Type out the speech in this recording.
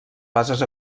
bases